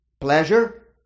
Pleasure